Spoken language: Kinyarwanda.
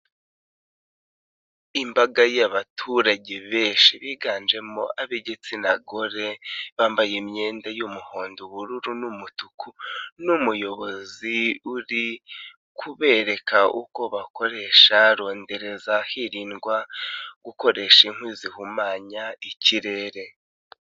Imbaga y'abaturage benshi biganjemo ab'igitsina gore bambaye imyenda y'umuhondo, ubururu n'umutuku n'umuyobozi uri kubereka uko bakoresha rondereza hirindwa gukoresha inkwi zihumanya ikirere.